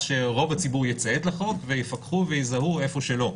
שרוב הציבור יציית לחוק ויפקחו ויזהו איפה שלא,